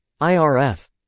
IRF